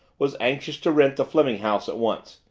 was anxious to rent the fleming house at once.